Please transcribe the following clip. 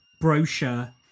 brochure